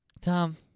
Tom